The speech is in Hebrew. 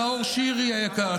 נאור שירי היקר.